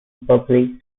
public